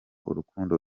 urukundo